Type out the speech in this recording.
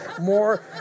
more